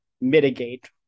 mitigate